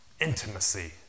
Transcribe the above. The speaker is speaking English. intimacy